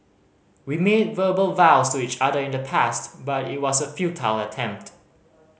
we made verbal vows to each other in the past but it was a futile attempt